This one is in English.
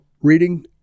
reading